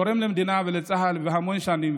שתורם למדינה ולצה"ל המון שנים.